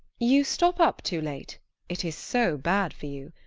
you stop up too late it is so bad for you.